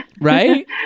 Right